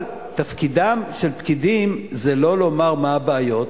אבל תפקידם של פקידים זה לא לומר מה הבעיות,